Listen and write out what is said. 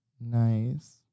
Nice